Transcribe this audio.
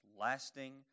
lasting